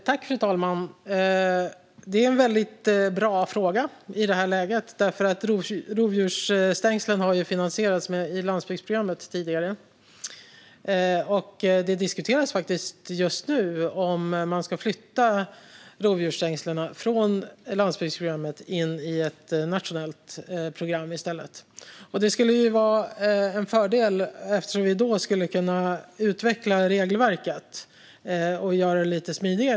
Fru talman! Det är en väldigt bra fråga i det här läget. Rovdjursstängslen har ju tidigare finansierats i landsbygdsprogrammet, och det diskuteras just nu om man ska flytta rovdjursstängslen från landsbygdsprogrammet till ett nationellt program. Det skulle vara en fördel eftersom vi då skulle kunna utveckla regelverket och kanske göra det lite smidigare.